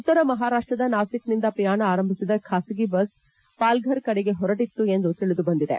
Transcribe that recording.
ಉತ್ತರ ಮಹಾರಾಷ್ಟದ ನಾಸಿಕ್ನಿಂದ ಪ್ರಯಾಣ ಆರಂಭಿಸಿದ ಖಾಸಗಿ ಬಸ್ ಪಾಲ್ಫರ್ ಕಡೆಗೆ ಹೊರಟತ್ತು ಎಂದು ತಿಳಿದುಬಂದಿದೆ